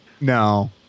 no